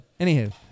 anywho